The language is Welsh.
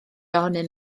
ohonyn